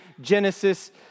Genesis